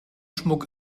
schmuck